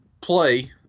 play